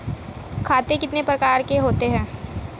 खाते कितने प्रकार के होते हैं?